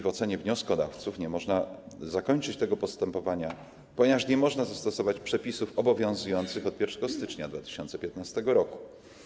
W ocenie wnioskodawców nie można zakończyć tych postępowań, ponieważ nie można zastosować przepisów obowiązujących od 1 stycznia 2015 r.